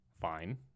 Fine